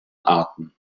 arten